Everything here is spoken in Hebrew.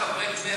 לא.